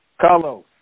Carlos